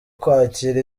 kwakira